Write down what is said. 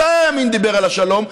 מתי הימין דיבר על השלום?